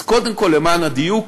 אז קודם כול, למען הדיוק,